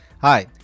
Hi